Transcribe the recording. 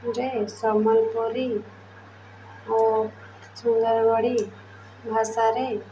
ରେ ସମ୍ବଲପୁରୀ ଓ ସୁନ୍ଦରଗଡ଼ି ଭାଷାରେ